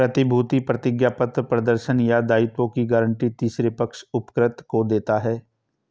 प्रतिभूति प्रतिज्ञापत्र प्रदर्शन या दायित्वों की गारंटी तीसरे पक्ष उपकृत को देता है